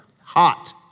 hot